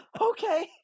okay